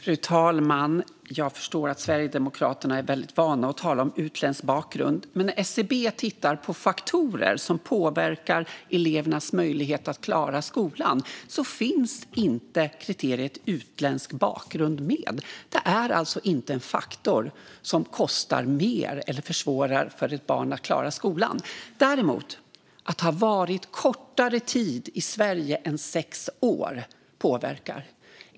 Fru talman! Jag förstår att Sverigedemokraterna är väldigt vana vid att tala om utländsk bakgrund. När SCB tittar på faktorer som påverkar elevernas möjlighet att klara skolan finns inte kriteriet "utländsk bakgrund" med. Det är alltså inte en faktor som kostar mer eller försvårar för ett barn att klara skolan. Att ha varit i Sverige kortare tid än sex år påverkar däremot.